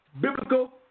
biblical